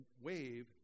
wave